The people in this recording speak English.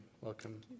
Welcome